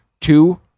two